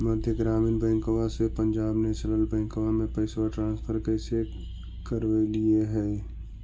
मध्य ग्रामीण बैंकवा से पंजाब नेशनल बैंकवा मे पैसवा ट्रांसफर कैसे करवैलीऐ हे?